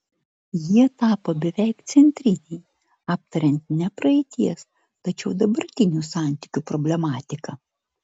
jie tapo beveik centriniai aptariant ne praeities tačiau dabartinių santykių problematiką